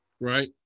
right